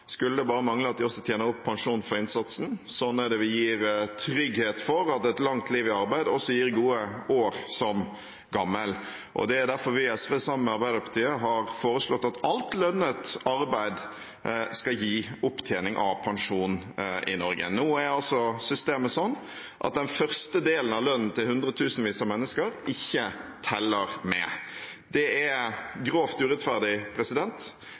skulle det bare mangle at de også tjener opp pensjon for innsatsen. Sånn er det vi gir trygghet for at et langt liv i arbeid også gir gode år som gammel. Det er derfor vi i SV, sammen med Arbeiderpartiet, har foreslått at alt lønnet arbeid skal gi opptjening av pensjon i Norge. Nå er systemet sånn at den første delen av lønnen til hundretusenvis av mennesker ikke teller med. Det er grovt urettferdig.